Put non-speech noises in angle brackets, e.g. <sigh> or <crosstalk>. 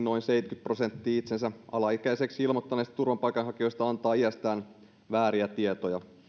<unintelligible> noin seitsemänkymmentä prosenttia itsensä alaikäiseksi ilmoittaneista turvapaikanhakijoista antaa iästään vääriä tietoja